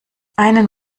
einen